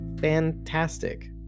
fantastic